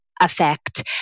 effect